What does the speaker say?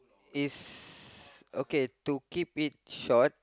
it's okay to keep it short